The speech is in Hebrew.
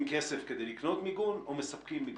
כסף כדי לקנות מיגון או מספקים מיגון.